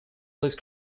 please